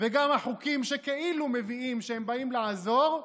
גם החוקים שכאילו הם מביאים שבאים לעזור,